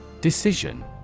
Decision